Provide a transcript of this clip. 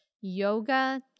yoga